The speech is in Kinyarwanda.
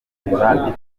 biba